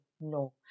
No